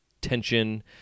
tension